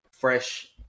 fresh